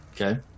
Okay